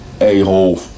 a-hole